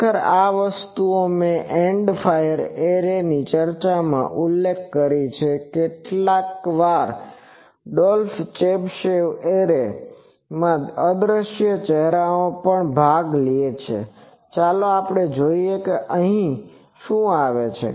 ખરેખર આ વસ્તુ મેં એન્ડ ફાયર એરે ની ચર્ચામાં ઉલ્લેખ કરી છે કે કેટલીકવાર ડોલ્ફ ચેબીશેવ એરે માં અદ્રશ્ય ચહેરાનો એક ભાગ ખરેખર ચાલ્યો જાય છે જે અહીંથી આવે છે